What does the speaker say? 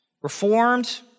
reformed